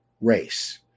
race